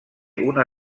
una